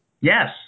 Yes